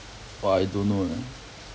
!wah! I don't know eh